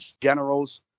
Generals